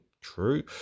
True